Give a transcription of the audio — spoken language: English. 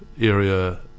area